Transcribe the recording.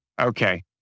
Okay